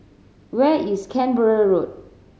where is Canberra Road